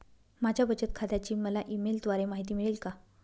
माझ्या बचत खात्याची मला ई मेलद्वारे माहिती मिळेल का?